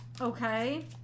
okay